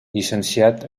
llicenciat